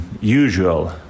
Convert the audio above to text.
usual